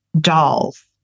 dolls